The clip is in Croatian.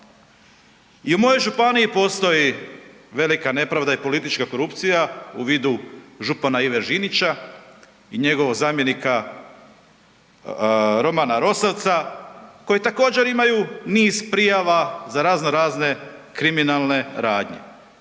I u mojoj županiji postoji velika nepravda i politička korupcija u vidu župana Ive Žinića i njegovog zamjenika Romana Rosavca koji također imaju niz prijava za razno razne kriminalne radnje.